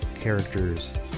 characters